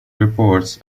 reports